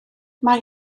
mae